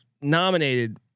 nominated